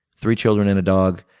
three children and a dog